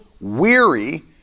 weary